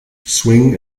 swing